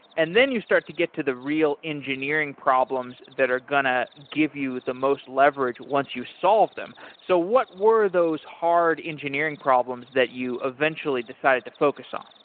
and then you start to get to the real engineering problems that are going to give you the most leverage once you solve them. so what were those hard engineering problems that you eventually decided to focus on?